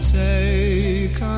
take